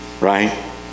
right